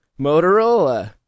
Motorola